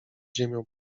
ziemią